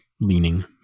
leaning